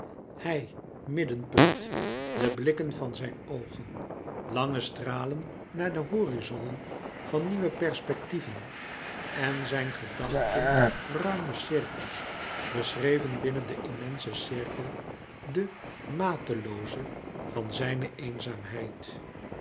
hij middenpunt de blikken van zijn oogen lange stralen naar de horizonnen van nieuwe perspectieven en zijn gedachten ruime cirkels beschreven binnen den immensen cirkel den matelooze vàn zijne eenzaamheid